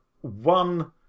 one